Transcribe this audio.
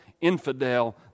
infidel